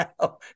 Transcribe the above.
now